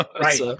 Right